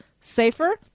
safer